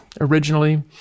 originally